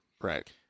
Right